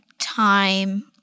time